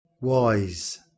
Wise